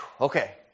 Okay